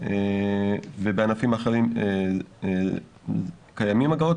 ובענפים אחרים קיימים אגרות,